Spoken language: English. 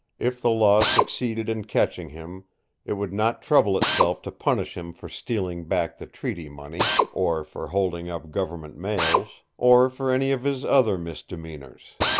if the law succeeded in catching him it would not trouble itself to punish him for stealing back the treaty money, or for holding up government mails, or for any of his other misdemeanors.